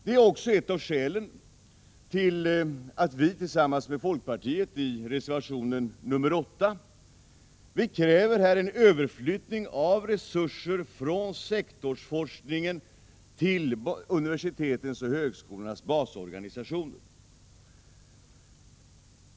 Det är ett av skälen till att vi tillsammans med folkpartiet i reservation 8 kräver en överflyttning av resurser från sektorsforskningen till universitetens och högskolornas basorganisationer.